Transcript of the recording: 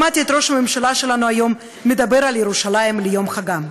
שמעתי את ראש הממשלה שלנו היום מדבר על ירושלים ביום חגה.